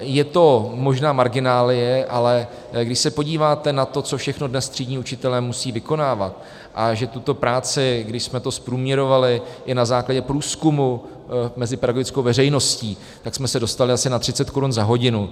Je to možná marginálie, ale když se podíváte na to, co všechno dnes třídní učitelé musejí vykonávat, a že tuto práci, když jsme to zprůměrovali i na základě průzkumu mezi pedagogickou veřejností, tak jsme se dostali asi na 30 korun za hodinu.